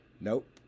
Nope